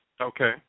Okay